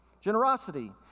Generosity